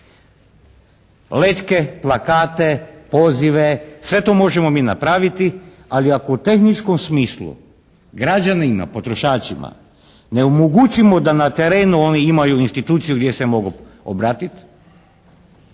Letke, plakate, pozive, sve to možemo mi napraviti, ali ako u tehničkom smislu građanima potrošačima ne omogućimo da na terenu oni imaju instituciju gdje se mogu obratiti